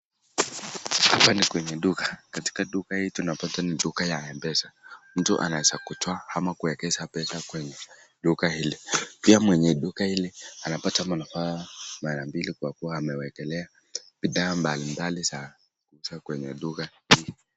Hapa ni kwenye duka, katika duka hii tunapata ni duka ya Mpesa, mtu anaeza kutoa ama kuekesha pesa kwenye duka hili. Pia mwenye duka hili anapata manufaa mara mbili kwa kuwa amewekelea bidhaa mbalimbali za kwenye duka hili.